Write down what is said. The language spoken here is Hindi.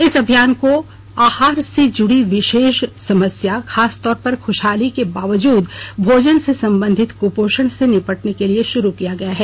इस अभियान को आहार से जुड़ी विशेष समस्या खासतौर पर खुशहाली के बावजूद भोजन से संबंधित कुपोषण से निपटने के लिए शुरू किया गया है